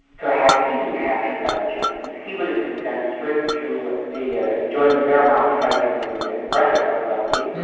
had he been captured by the germans, he would have been sent straight to to yeah join the wehrmacht fighting in yeah russia, most likely,